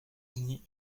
unis